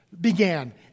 began